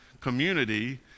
community